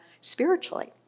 spiritually